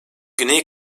güney